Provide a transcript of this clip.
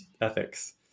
ethics